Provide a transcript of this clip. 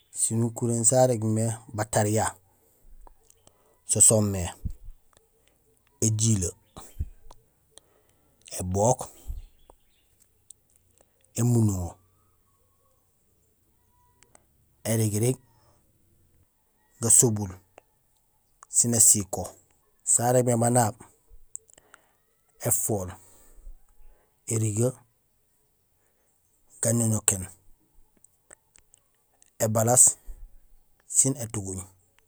Sinukuréén sarégmé batariya so soomé: éjilee, ébook, émunduŋo, gasobul, érigirig, sén ésiko; sarégmé banaab: éfool, érigee, gañoñokéén, ébalaas, sin étuguuñ.